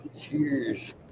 Cheers